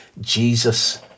Jesus